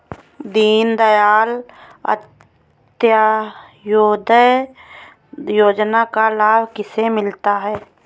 दीनदयाल अंत्योदय योजना का लाभ किसे मिलता है?